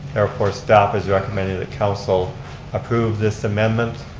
therefore staff is recommended that council approve this amendment